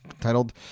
titled